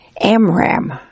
Amram